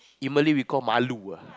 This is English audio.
in Malay we call Malu ah